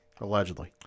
Allegedly